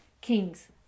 kings